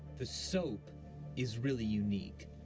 the soap is really unique.